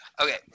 Okay